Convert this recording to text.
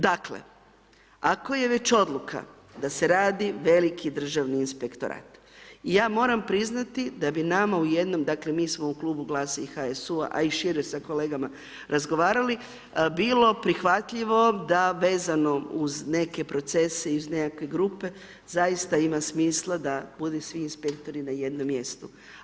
Dakle, ako je već odluka da se radi veliki Državni inspektorat, ja moram priznati da bi nama u jednom, dakle, mi smo u klubu Glada i HSU, a i šire sa kolegama razgovarali, bilo prihvatljivo da vezano uz neke procese iz nekakve grupe zaista ima smisla da budu svi inspektori na jednom mjestu.